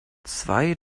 zwei